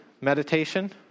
meditation